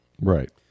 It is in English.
right